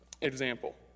example